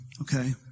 Okay